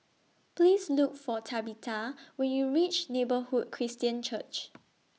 Please Look For Tabitha when YOU REACH Neighbourhood Christian Church